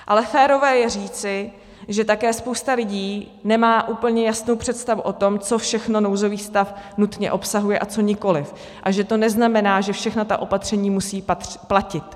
Ale férové je říci, že také spousta lidí nemá úplně jasnou představu o tom, co všechno nouzový stav nutně obsahuje a co nikoli, a že to neznamená, že všechna ta opatření musí platit.